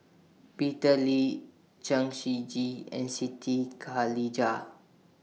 Peter Lee Chen Shiji and Siti Khalijah